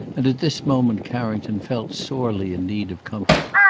and at this moment carrington felt sorely in need of comfort.